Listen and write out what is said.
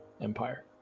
Empire